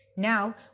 now